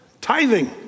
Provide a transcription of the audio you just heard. tithing